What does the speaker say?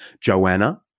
joanna